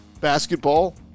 basketball